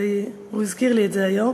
והוא הזכיר לי את זה היום.